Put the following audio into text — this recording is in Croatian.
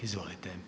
Izvolite.